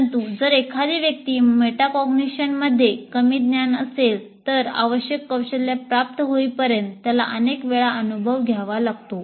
परंतु जर एखादी व्यक्ती मेटाकॉग्निशनमध्ये कमी ज्ञान असेल तर आवश्यक कौशल्य प्राप्त होईपर्यंत त्याला अनेक वेळा हा अनुभव घ्यावा लागतो